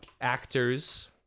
actors